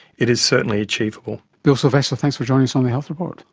it is certainly achievable. bill silvester, thanks for joining us on the health report.